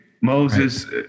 Moses